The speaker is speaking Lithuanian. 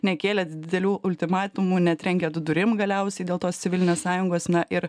nekėlėt didelių ultimatumų netrenkėt durim galiausiai dėl tos civilinės sąjungos na ir